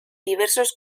diversos